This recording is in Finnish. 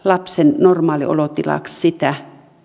lapsen normaaliolotilaksi sitä